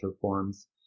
forms